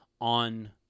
on